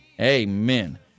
Amen